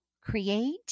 create